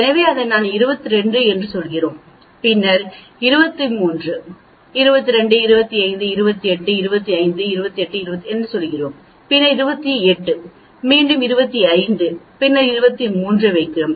எனவே நாம் அதை 22 என்று சொல்கிறோம் பின்னர் 23 பின்னர் 22 25 28 25 28 27 என்று சொல்கிறோம் பின்னர் மீண்டும் 28 மீண்டும் 25 ஐ வைக்கிறோம் பின்னர் 23 ஐ வைக்கிறோம்